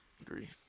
agree